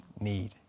need